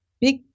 big